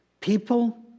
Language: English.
people